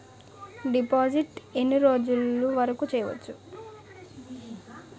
డిపాజిట్లు ఎన్ని రోజులు వరుకు చెయ్యవచ్చు?